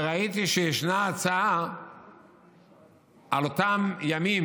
וראיתי שישנה הצעה לגבי אותם ימים